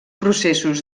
processos